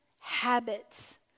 habits